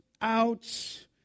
out